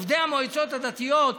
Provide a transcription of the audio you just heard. עובדי המועצות הדתיות,